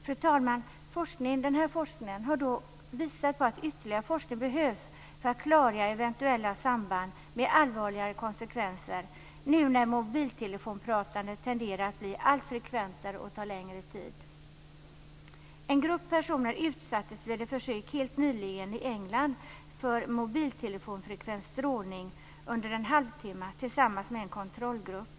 Fru talman! Den här forskningen har visat att ytterligare forskning behövs för att klargöra eventuella samband med allvarligare konsekvenser, nu när mobiltelefonpratandet tenderar att bli allt frekventare och ta längre tid. En grupp personer utsattes vid ett försök helt nyligen i England för mobiltelefonfrekvent strålning under en halvtimme tillsammans med en kontrollgrupp.